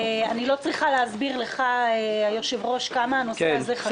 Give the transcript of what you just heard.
איני צריכה להסביר לאדוני כמה הנושא הזה חשוב.